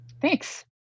Thanks